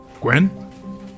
Gwen